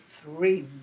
three